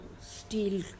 steel